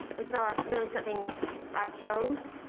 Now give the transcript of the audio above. it's not really something i chose.